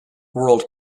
world